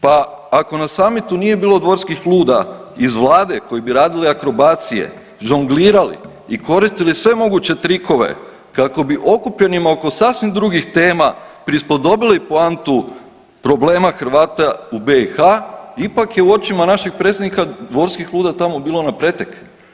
Pa ako na summitu nije bilo dvorskih luda iz vlade koji bi radili akrobacije, žonglirali i koristili sve moguće trikove kako bi okupljenima oko sasvim drugih tema prispodobili poantu problema Hrvata u BiH ipak je u očima našeg predsjednika dvorskih luda tamo bilo na pretek.